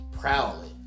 Proudly